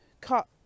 cut